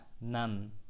none